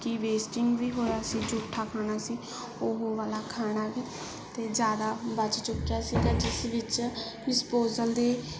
ਕਿ ਵੇਸਟਿੰਗ ਵੀ ਹੋਇਆ ਸੀ ਜੂਠਾ ਖਾਣਾ ਸੀ ਉਹ ਵਾਲਾ ਖਾਣਾ ਵੀ ਅਤੇ ਜ਼ਿਆਦਾ ਬਚ ਚੁੱਕਿਆ ਸੀਗਾ ਜਿਸ ਵਿੱਚ ਡਿਸਪੋਜਲ ਦੇ